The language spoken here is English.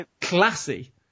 classy